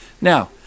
Now